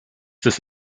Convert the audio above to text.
des